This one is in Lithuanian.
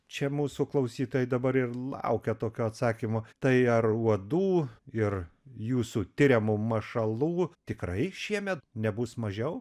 čia mūsų klausytojai dabar ir laukia tokio atsakymo tai ar uodų ir jūsų tiriamų mašalų tikrai šiemet nebus mažiau